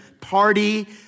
party